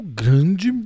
grande